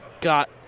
got